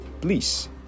please